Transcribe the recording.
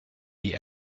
die